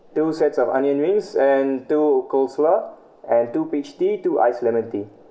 two sets of onion rings and two coleslaw and two peach tea two ice lemon tea